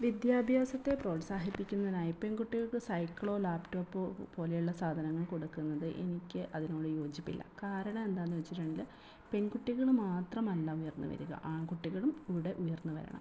വിദ്യാഭ്യാസത്തെ പ്രോത്സാഹിപ്പിക്കുന്നതിനായിട്ട് പെൺകുട്ടികൾക്ക് സൈക്കിളോ ലാപ്ടോപ്പോ പോലെയുള്ള സാധനങ്ങൾ കൊടുക്കുന്നത് എനിക്ക് അതിനോട് യോജിപ്പില്ല കാരണം എന്താണെന്നു വെച്ചിട്ടുണ്ടേൽ പെൺകുട്ടികൾ മാത്രമല്ല ഉയർന്നു വരിക ആൺകുട്ടികളും കൂടെ ഉയർന്നു വരണം